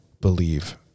believe